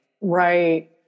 Right